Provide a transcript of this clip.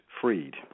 freed